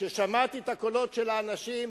כששמעתי את הקולות של האנשים,